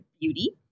Beauty